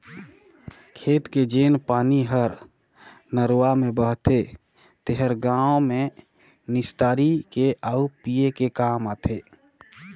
खेत के जेन पानी हर नरूवा में बहथे तेहर गांव में निस्तारी के आउ पिए के काम आथे